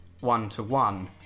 one-to-one